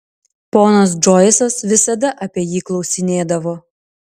ponas džoisas visada apie jį klausinėdavo